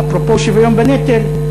ואפרופו שוויון בנטל,